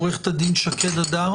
עורכת הדין שקד הדר